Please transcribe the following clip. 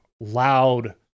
loud